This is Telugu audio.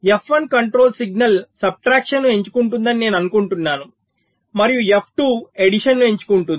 ఎఫ్ 1 కంట్రోల్ సిగ్నల్ సబ్ట్రాక్షన్ ను ఎంచుకుంటుందని నేను అనుకుంటున్నాను మరియు ఎఫ్ 2 ఎడిషన్ ను ఎంచుకుంటుంది